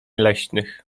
leśnych